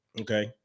okay